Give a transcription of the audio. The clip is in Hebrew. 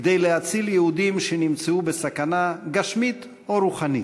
כדי להציל יהודים שנמצאו בסכנה, גשמית או רוחנית.